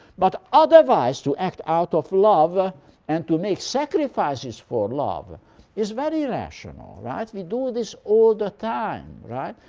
but otherwise, to act out of love ah and to make sacrifices for love is very rational. right? we do this all the time. right?